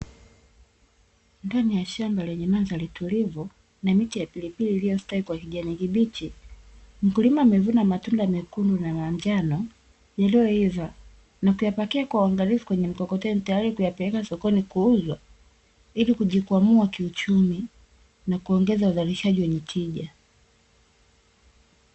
Ndani ya shamba lenye mwanzari tulivu na miti ya pilipili iliyostawi kwa kijani kibichi, mkulima amevuna matunda amekundu na njano, yaliyoiva na kuyapakia kwa waangalifu kwenye mkokoteni tayari kuyapeleka sokoni kuuzwa, ili kujikwamua kiuchumi na kuongeza uzalishaji wenye tija.